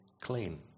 clean